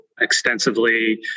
extensively